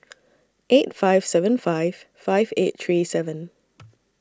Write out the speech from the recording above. eight five seven five five eight three seven